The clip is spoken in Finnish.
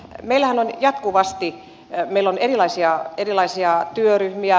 meillähän on jatkuvasti erilaisia työryhmiä